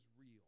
real